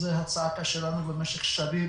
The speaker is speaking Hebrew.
זאת הצעקה שלנו במשך שנים,